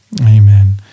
Amen